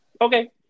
Okay